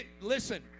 Listen